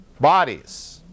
bodies